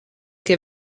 che